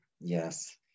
Yes